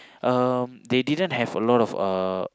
um they didn't have a lot of uh